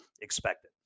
expected